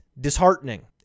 disheartening